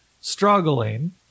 struggling